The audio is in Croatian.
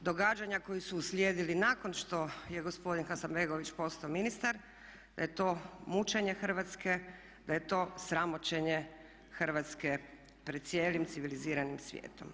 događanja koji su uslijedili nakon što je gospodin Hasanbegović postao ministar, da je to mučenje Hrvatske, da je to sramoćenje Hrvatske pred cijelim civiliziranim svijetom.